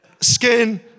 skin